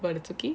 but it's okay